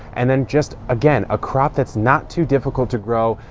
and then just again, a crop that's not too difficult to grow.